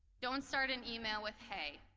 don't start an email with hey,